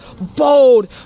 bold